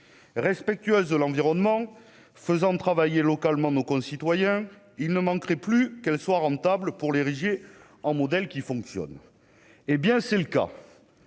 respectueuse de l'environnement, faisant travailler localement nos concitoyens : il ne manquerait plus qu'elle soit rentable pour l'ériger en modèle qui fonctionne, hé bien c'est le cas.